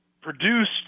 produced